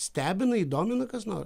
stebina jį domina kas nor